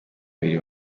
abiri